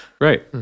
Right